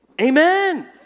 Amen